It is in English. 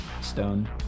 stone